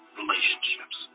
relationships